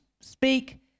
speak